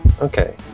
Okay